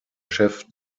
chef